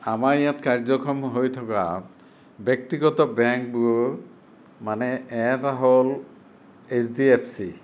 আমাৰ ইয়াত কাৰ্যক্ষম হৈ থকা ব্যক্তিগত বেংকবোৰ মানে এটা হ'ল এইছ ডি এফ চি